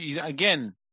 Again